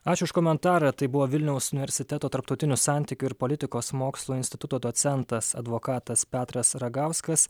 ačiū už komentarą tai buvo vilniaus universiteto tarptautinių santykių ir politikos mokslų instituto docentas advokatas petras ragauskas